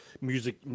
music